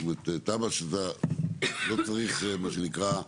זאת אומרת תב"ע שאתה לא צריך מה שנקרא,